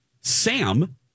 Sam